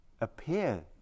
appear